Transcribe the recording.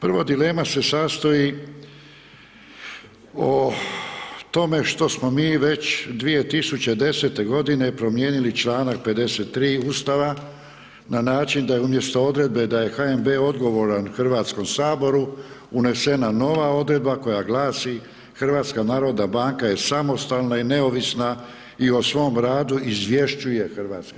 Prvo, dilema se sastoji o tome što smo mi već 2010. godine promijenili čl. 53 Ustava, na način da je umjesto odredbe da je HNB odgovora HS-u, unesena nova odredba, koja glasi, HNB je samostalna i neovisna i o svom radu izvješćuje HS.